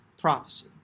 prophecy